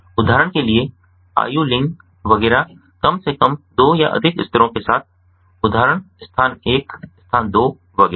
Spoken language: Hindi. उदाहरण के लिए आयु लिंग वगैरह कम से कम दो या अधिक स्तरों के साथ उदाहरण स्थान 1 स्थान 2 वगैरह